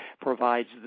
provides